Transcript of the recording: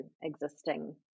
existing